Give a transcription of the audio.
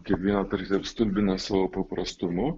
kiekvieną tarsi apstulbina savo paprastumu